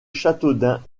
châteaudun